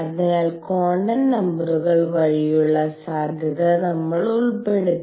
അതിനാൽ ക്വാണ്ടം നമ്പറുകൾ വഴിയുള്ള സാധ്യത നമ്മൾ ഉൾപ്പെടുത്തി